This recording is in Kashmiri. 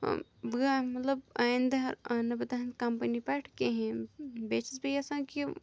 بہٕ مطلب آیندٕ اَننہٕ بہٕ تُہنٛدۍ کَمپٔنی پٮ۪ٹھ کِہیٖنۍ بیٚیہِ چھَس بہٕ یَژھان کہِ